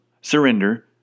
surrender